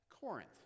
Corinth